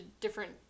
different